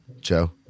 Joe